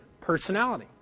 personality